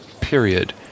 period